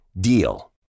DEAL